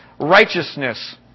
Righteousness